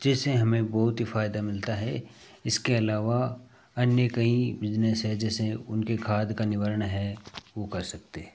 जिससे हमें बहुत ही फ़ायदा मिलता है इसके अलावा अन्य कईं बिजनेस हैं जैसे उनके खाद का निवारण है वह कर सकते हैं